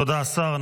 תודה השר.